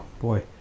boy